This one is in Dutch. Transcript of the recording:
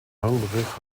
hangbrug